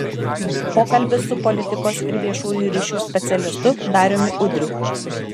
pokalbis su politikos ir viešųjų ryšių specialistu dariumi udriu